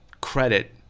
credit